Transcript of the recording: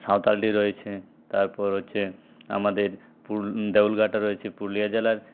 সাঁওতালডিহি রয়েছে তারপর হচ্ছে আমাদের দেউলঘাটা রয়েছে পুরুলিয়া জেলার